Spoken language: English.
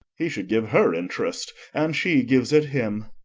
he should give her interest, and she gives it him.